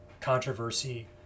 controversy